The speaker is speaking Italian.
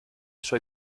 suoi